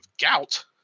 gout